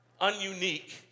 ununique